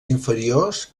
inferiors